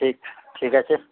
ঠিক ঠিক আছে